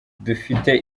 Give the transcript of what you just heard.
dufite